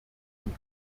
von